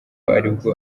aribwo